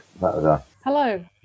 Hello